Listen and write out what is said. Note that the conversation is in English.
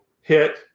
hit